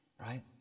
Right